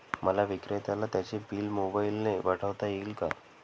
मला विक्रेत्याला त्याचे बिल मोबाईलने पाठवता येईल का?